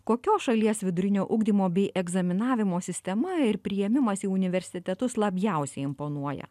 kokios šalies vidurinio ugdymo bei egzaminavimo sistema ir priėmimas į universitetus labiausiai imponuoja